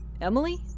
Emily